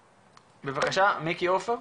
בבקשה מיקי עופר.